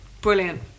Brilliant